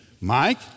Mike